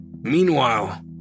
Meanwhile